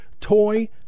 toy